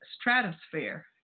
stratosphere